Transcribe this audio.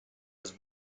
his